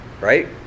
Right